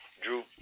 Drew